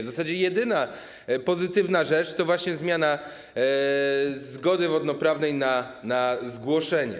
W zasadzie jedyna pozytywna rzecz to właśnie zmiana dotycząca zgody wodnoprawnej na zgłoszenie.